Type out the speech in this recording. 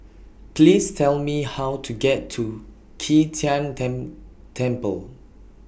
Please Tell Me How to get to Qi Tian Tan Temple